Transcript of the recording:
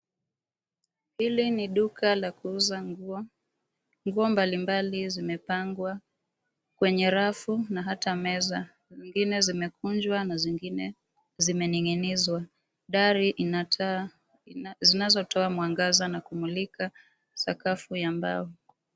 Hili ni duka la kuuza nguo. Nguo mbalimbali zimepangwa kwenye rafu na hata meza. Zingine zimekunjwa na zingine zimening'inizwa. Dari ina taa zinazotoa mwangaza na kumulika sakafu ya mbao.